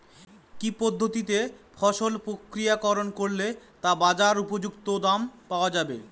কি পদ্ধতিতে ফসল প্রক্রিয়াকরণ করলে তা বাজার উপযুক্ত দাম পাওয়া যাবে?